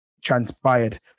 transpired